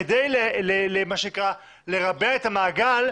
כדי לרבע את המעגל,